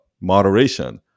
moderation